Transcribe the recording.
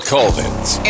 Colvins